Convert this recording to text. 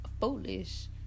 foolish